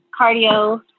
cardio